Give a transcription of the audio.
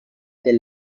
del